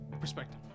Perspective